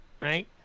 right